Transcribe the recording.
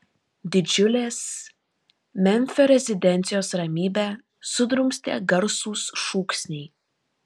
didžiulės memfio rezidencijos ramybę sudrumstė garsūs šūksniai